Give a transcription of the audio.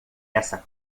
essa